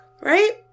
Right